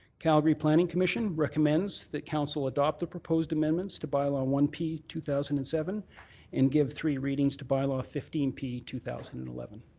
calgary planning commission recommends that council adopt the proposed amendments to bylaw one p two thousand and seven and give three readings to bylaw fifteen p two thousand and eleven.